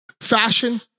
Fashion